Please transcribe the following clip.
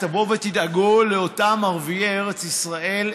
תבואו ותדאגו לאותם ערביי ארץ ישראל,